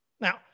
Now